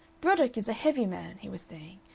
broddick is a heavy man, he was saying,